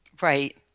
Right